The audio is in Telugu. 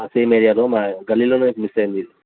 సేమ్ ఏరియాలో మా గల్లీలో ఇది మిస్ అయింది